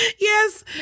Yes